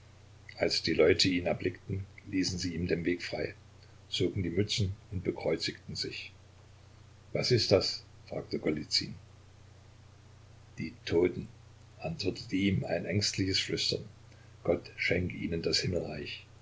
als die leute ihn erblickten ließen sie ihm den weg frei zogen die mützen und bekreuzigten sich was ist das fragte golizyn die toten antwortete ihm ein ängstliches flüstern gott schenke ihnen das himmelreich